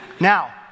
Now